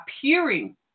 appearing